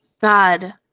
God